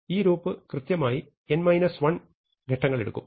ഈ ലൂപ്പ് കൃത്യമായി n 1 ഘട്ടങ്ങൾ എടുക്കും